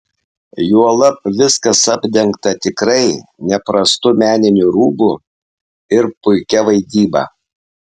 juolab viskas apdengta tikrai neprastu meniniu rūbu ir puikia vaidyba